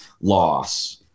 loss